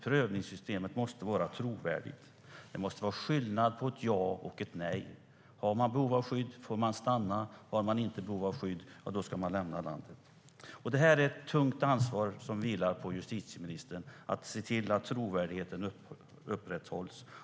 Prövningssystemet måste vara trovärdigt. Det måste vara skillnad på ett ja och ett nej. Om man har behov av skydd får man stanna. Om man inte har behov av skydd ska man lämna landet. Det är ett tungt ansvar som vilar på justitieministern när det gäller att se till att trovärdigheten upprätthålls.